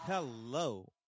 hello